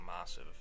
massive